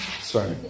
Sorry